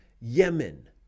Yemen